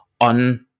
on